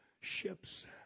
ships